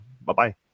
Bye-bye